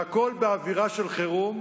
והכול באווירה של חירום,